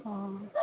অঁ